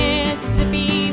Mississippi